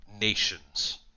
Nations